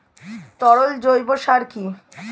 তরল জৈব সার কি?